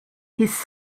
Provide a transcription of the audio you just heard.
his